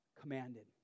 commanded